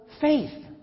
faith